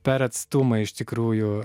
per atstumą iš tikrųjų